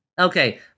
Okay